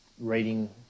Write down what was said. reading